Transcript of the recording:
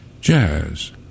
jazz